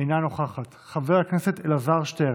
אינה נוכחת, חבר הכנסת אלעזר שטרן,